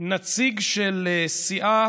נציג של סיעה